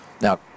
Now